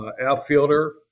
outfielder